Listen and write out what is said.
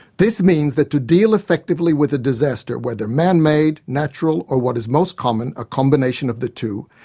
this means that to deal effectively with a disaster, whether manmade, natural or, what is most common, a combination of the two,